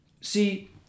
See